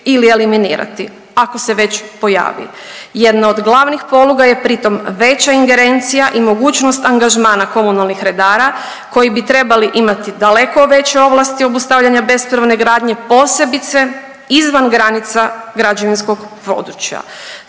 ili eliminirati, ako se već pojavi. Jedna od glavnih poluga je pritom veća ingerencija i mogućnost angažmana komunalnih redara koji bi trebali imati daleko veće ovlasti obustavljanja bespravne gradnje, posebice izvan granica građevinskog područja.